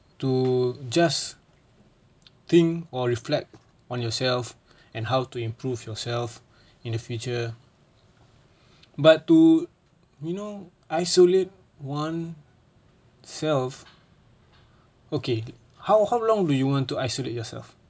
to just think or reflect on yourself and how to improve yourself in the future but to you know isolate one self okay how how long do you want to isolate yourself